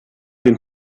den